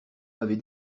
m’avez